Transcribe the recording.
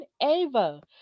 Ava